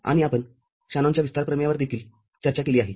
आणि आपण शॅनॉनच्या विस्तार प्रमेयांवर देखील चर्चा केली आहे